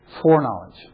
foreknowledge